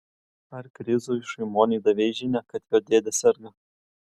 ar krizui šimoniui davei žinią kad jo dėdė serga